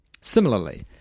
Similarly